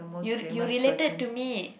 you you related to me